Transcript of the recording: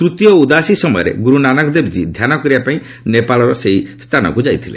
ତୃତୀୟ ଉଦାସୀ ସମୟରେ ଗ୍ରର୍ତ୍ତ ନାନକଦେବଜୀ ଧ୍ୟାନ କରିବା ପାଇଁ ନେପାଳର ସେହି ସ୍ଥାନକ୍ର ଯାଇଥିଲେ